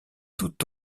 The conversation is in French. tout